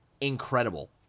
incredible